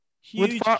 Huge